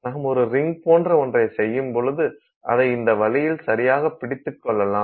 நாம் ஒரு ரிங் போன்ற ஒன்றை செய்யும் பொழுது அதை இந்த வழியில் சரியாக பிடித்துக் கொள்ளலாம்